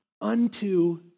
unto